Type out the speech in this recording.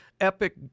epic